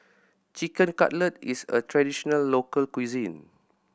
Chicken Cutlet is a traditional local cuisine